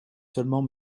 seulement